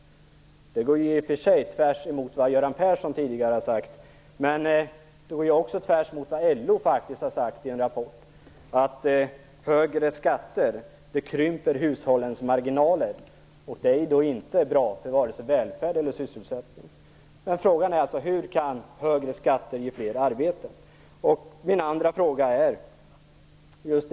Det går tvärs emot vad Göran Persson tidigare har sagt. Det går också tvärs emot vad LO faktiskt har sagt i en rapport, nämligen att högre skatter krymper hushållens marginaler. Det är inte bra för vare sig välfärden eller sysselsättningen. Frågan är alltså: Hur kan högre skatter ge fler arbeten? Sedan vill jag ställa en andra fråga.